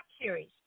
Series